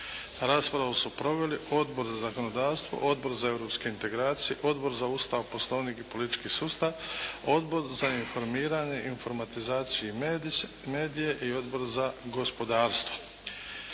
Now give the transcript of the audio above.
Raspravu su proveli Odbor za zakonodavstvo, Odbor za europske integracije, Odbor za Ustav, Poslovnik i politički sustav, Odbor za informiranje, informatizaciju i medije i Odbor za gospodarstvo.